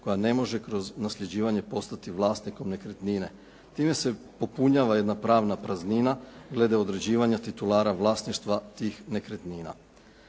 koja ne može kroz nasljeđivanje postati vlasnikom nekretnine. Time se popunjava jedna pravna praznina glede određivanja titulara vlasništva tih nekretnina.